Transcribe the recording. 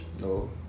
no